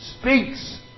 speaks